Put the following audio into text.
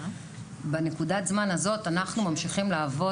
בנקודת הזמן הזאת אנחנו ממשיכים לעבוד